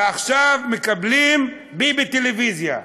ועכשיו מקבלים "ביבי-טלוויזיה".